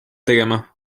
tegema